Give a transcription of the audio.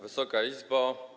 Wysoka Izbo!